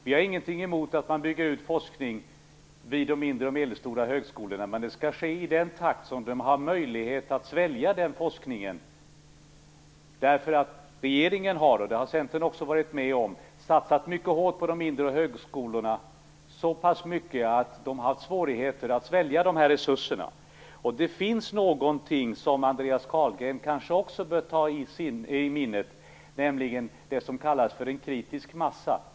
Vi har ingenting emot att man bygger ut forskning vid de mindre och medelstora högskolorna, men det skall ske i den takt som de har möjlighet att svälja den forskningen. Regeringen har nämligen - Centern har varit med om detta - satsat mycket hårt på de mindre högskolorna, så pass mycket att de har haft svårigheter att svälja dessa resurser. Det finns någonting som Andreas Carlgren kanske också borde ha i minnet, nämligen det som kallas för en kritisk massa.